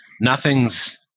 nothing's